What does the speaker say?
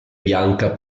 bianca